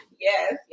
yes